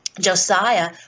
Josiah